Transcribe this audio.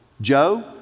Joe